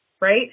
right